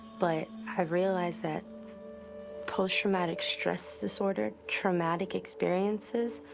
but i've realized that post-traumatic stress disorder, traumatic experiences,